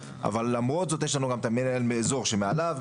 אבל למרות זאת יש לנו גם את המנהל אזור שמעליו,